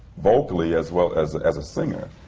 vocally, as well as as a singer,